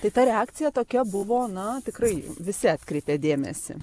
tai ta reakcija tokia buvo na tikrai visi atkreipė dėmesį